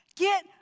Get